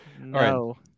no